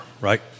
right